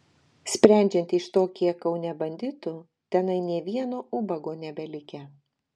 sprendžiant iš to kiek kaune banditų tenai nė vieno ubago nebelikę